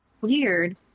Weird